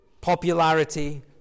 Popularity